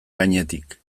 gainetik